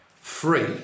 free